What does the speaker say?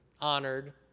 honored